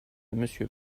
monsieur